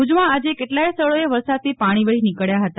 ભુજમાં આજે કેટલાય સ્થળોએ વરસાદથી પાણી વહી નીકળ્યા હતા